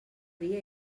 dia